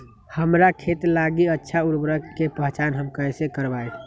हमार खेत लागी अच्छा उर्वरक के पहचान हम कैसे करवाई?